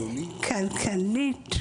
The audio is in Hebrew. כלכלית,